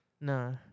No